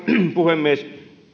puhemies